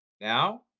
Now